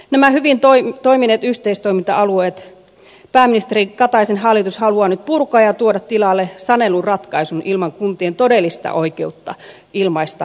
nämä hyvin toimineet yhteistoiminta alueet pääministeri kataisen hallitus haluaa nyt purkaa ja tuoda tilalle saneluratkaisun ilman kuntien todellista oikeutta ilmaista mielipiteensä